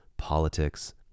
politics